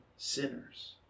Sinners